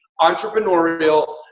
entrepreneurial